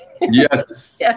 Yes